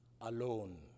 alone